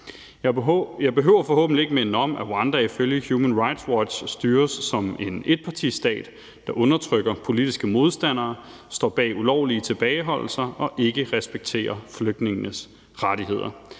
Jeg behøver forhåbentlig ikke minde om, at Rwanda ifølge Human Rights Watch styres som en etpartistat, der undertrykker politiske modstandere, står bag ulovlige tilbageholdelser og ikke respekterer flygtningenes rettigheder.